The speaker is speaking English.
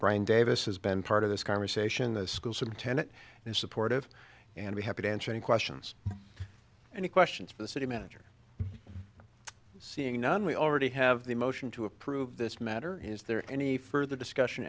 brian davis has been part of this conversation the school superintendent is supportive and be happy to answer any questions any questions for the city manager seeing and we already have the motion to approve this matter is there any further discussion